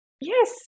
Yes